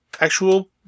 actual